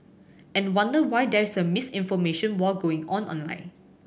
and wonder why there is a misinformation war going on online